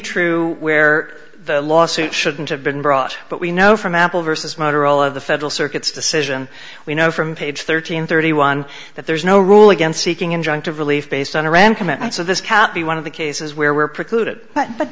true where the lawsuit shouldn't have been brought but we know from apple versus motorola of the federal circuit's decision we know from page thirteen thirty one that there's no rule against seeking injunctive relief based on a rand comment and so this can't be one of the cases where we're precluded but